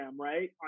right